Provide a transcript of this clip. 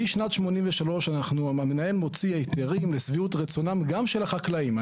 משנת 1983 המנהל מוציא היתרים לשביעות רצונם גם של החקלאים.